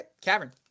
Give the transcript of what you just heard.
cavern